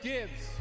Gibbs